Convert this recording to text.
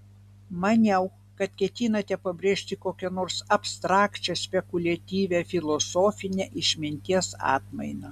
maniau kad ketinate pabrėžti kokią nors abstrakčią spekuliatyvią filosofinę išminties atmainą